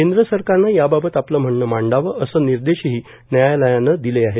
केंद्र सरकारनं याबाबत आपलं म्हणणं मांडावं असे निर्देशही न्यायालयानं दिले आहेत